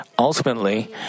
ultimately